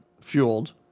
fueled